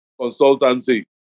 consultancy